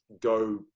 go